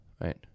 Right